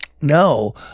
No